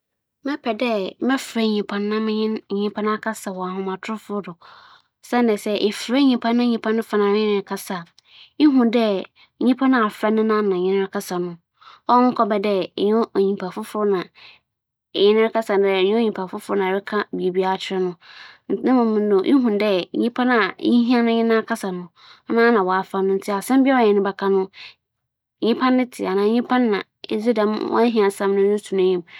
M'enyi gye dɛ mebɛfrɛ obi na menye no akasa wͻ "phone" do kyen dɛ asɛm kor a mepɛ dɛ meka kyerɛ no, medze bͻto no "phone" do ma oehu akenkan. Siantsir nye dɛ, sɛ efrɛ obi a, nkitahodzi a wodzi no, no mu yɛ dur kyɛn dɛ asɛm kor no edze bͻtͻ no "phone" do ama no ma w'akenkan. Sɛbew sɛ nyimpa no onnyim akenkan so a nna ereyɛ no dɛn, mbom nkͻmbͻtwetwe no ͻkͻ do wͻ frɛ mu a oye.